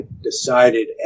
decided